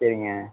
சரிங்க